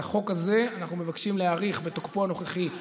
את החוק הזה אנחנו מבקשים להאריך בתוקפו הנוכחי.